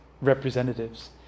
representatives